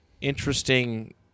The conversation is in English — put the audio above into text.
interesting